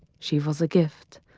she was a gift.